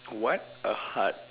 what a heart